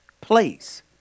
place